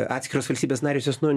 atskiros valstybės narės jos nu